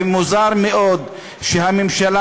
ומוזר מאוד שהממשלה,